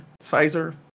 Sizer